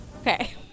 Okay